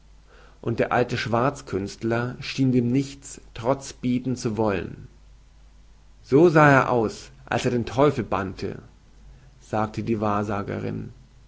und der alte schwarzkünstler schien dem nichts troz bieten zu wollen so sah er aus als er den teufel bannte sagte die wahrsagerin